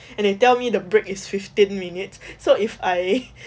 and he tell me the break is fifteen minutes so if I